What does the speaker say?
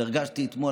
אבל הרגשתי אתמול,